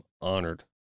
honored